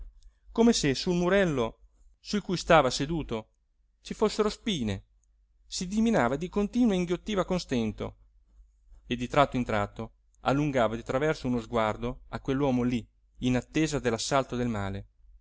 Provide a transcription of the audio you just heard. come se sul murello su cui stava seduto ci fossero spine si dimenava di continuo e inghiottiva con stento e di tratto in tratto allungava di traverso uno sguardo a quell'uomo lí in attesa dell'assalto del male